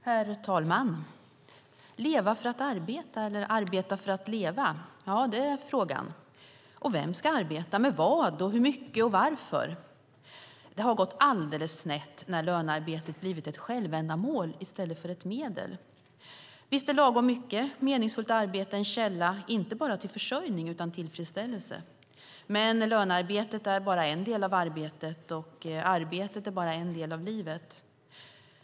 Herr talman! Leva för att arbeta eller arbeta för att leva, det är frågan. Och vem ska arbeta, med vad, hur mycket och varför? Det har gått alldeles snett när lönearbetet blivit ett självändamål i stället för ett medel. Visst är lagom mycket meningsfullt arbete en källa inte bara till försörjning utan till tillfredsställelse, men lönearbetet är bara en del av arbetet, och arbetet är bara en del av livet.